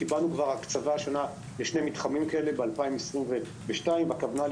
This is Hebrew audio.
קיבלנו השנה כבר הקצבה לשני מתחמים כאלה ב-2022 והכוונה היא